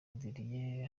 adrien